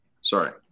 sorry